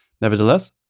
Nevertheless